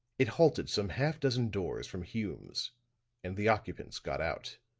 it halted some half dozen doors from hume's and the occupants got out.